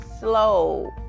slow